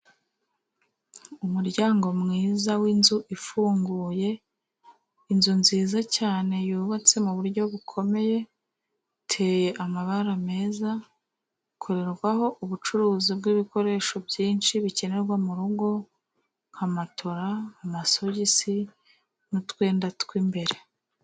Umuryango mwiza winzu ifunguye, inzu nziza cyane yubatse muburyo bukomeye, uteye amabara meza, ukorerwaho ubucuruzi bwibikoresho byinshi bikenerwa mu rugo, nka matora, amasogisi, n'utwenda tw'mbere.